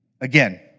again